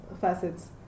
facets